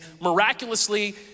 miraculously